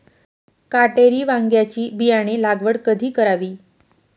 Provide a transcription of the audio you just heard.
काटेरी वांग्याची बियाणे लागवड कधी करावी?